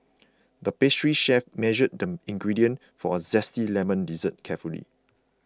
the pastry chef measured the ingredients for a Zesty Lemon Dessert carefully